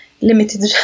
limited